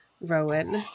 Rowan